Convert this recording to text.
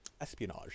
espionage